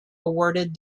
awarded